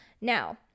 Now